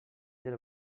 del